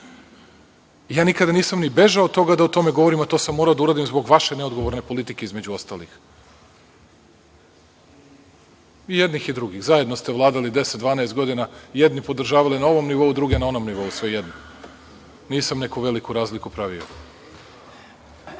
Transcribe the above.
njih. Nikada nisam bežao od toga da o tome govorim, a to sam morao da uradim zbog vaše neodgovorne politike, između ostalog, i jednih i drugih. Zajedno ste vladali 10, 12 godina. Jedni podržavali na ovom nivou, druge na onom nivou. Svejedno. Nisam neku veliku razliku pravio.U